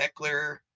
Eckler